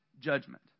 judgment